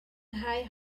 nghae